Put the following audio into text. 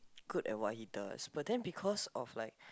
good at what he does but then because of like